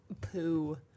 Poo